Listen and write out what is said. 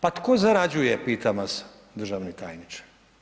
Pa tko zarađuje pitam vas državni tajniče?